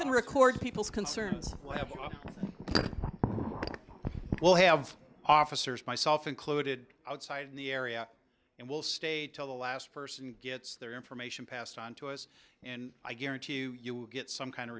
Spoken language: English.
can record people's concerns will have officers myself included outside in the area and we'll stay till the last person gets their information passed on to us and i guarantee you get some kind of